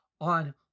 on